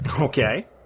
Okay